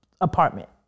apartment